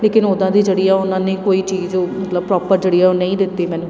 ਲੇਕਿਨ ਉੱਦਾਂ ਦੀ ਜਿਹੜੀ ਆ ਉਹਨਾਂ ਨੇ ਕੋਈ ਚੀਜ਼ ਮਤਲਬ ਪ੍ਰੋਪਰ ਜਿਹੜੀ ਆ ਉਹ ਨਹੀਂ ਦਿੱਤੀ ਮੈਨੂੰ